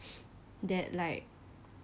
that like